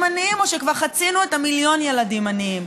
עניים או שכבר חצינו את המיליון ילדים עניים.